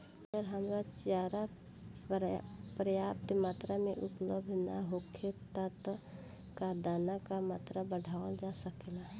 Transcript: अगर हरा चारा पर्याप्त मात्रा में उपलब्ध ना होखे त का दाना क मात्रा बढ़ावल जा सकेला?